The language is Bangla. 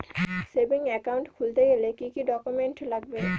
সেভিংস একাউন্ট খুলতে গেলে কি কি ডকুমেন্টস লাগবে?